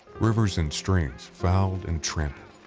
rivers and streams fouled and trampled.